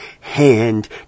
hand